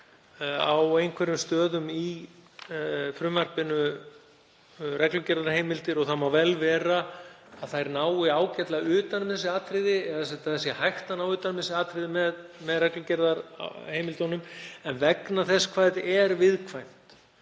á einhverjum stöðum í frumvarpinu reglugerðarheimildir og vel má vera að þær nái ágætlega utan um þessi atriði eða að hægt sé að ná utan um þau með reglugerðarheimildum. En vegna þess hvað þetta er viðkvæmt